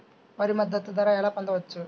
వరి మద్దతు ధర ఎలా పొందవచ్చు?